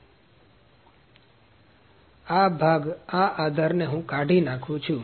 તેથી આ ભાગ આ આધારને હું કાઢી નાખું છું